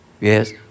Yes